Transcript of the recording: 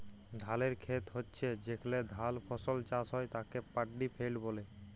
ধালের খেত হচ্যে যেখলে ধাল ফসল চাষ হ্যয় তাকে পাড্ডি ফেইল্ড ব্যলে